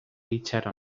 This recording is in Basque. itxaron